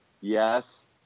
Yes